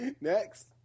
Next